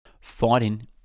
Fighting